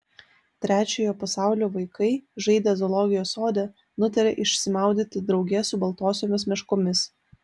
trečiojo pasaulio vaikai žaidę zoologijos sode nutarė išsimaudyti drauge su baltosiomis meškomis